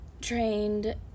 trained